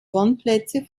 wohnplätze